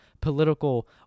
political